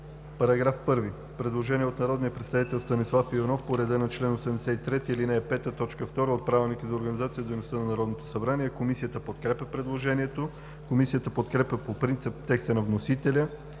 По § 1 има предложение от народния представител Станислав Иванов по реда на чл. 83, ал. 5, т. 2 от Правилника за организацията и дейността на Народното събрание. Комисията подкрепя предложението. Комисията подкрепя по принцип текста на вносителя